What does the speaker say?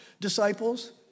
disciples